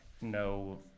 no